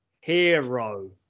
Hero